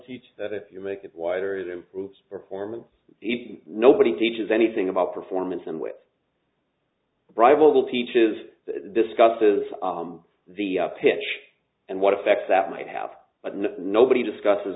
teach that if you make it wider it improves performance nobody teaches anything about performance and with bribable teaches this cusses the pitch and what effect that might have but nobody discusses